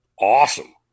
awesome